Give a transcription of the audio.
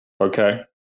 Okay